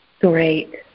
Great